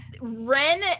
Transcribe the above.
Ren